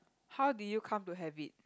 how do you come to have it